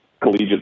Collegiate